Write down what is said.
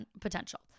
potential